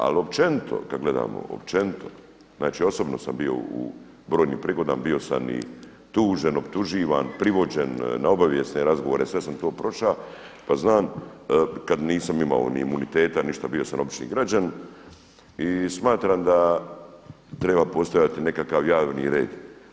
Ali opčenito kada gledamo opčenito znači osobno sam bio u brojim prigodama bio sam i tužen, optuživan, privođen, na obavijesne razgovore sve sam to proša pa znam kada nisam imao ni imuniteta ništa bio sam obični građanin i smatram da treba postojati nekakav javni red.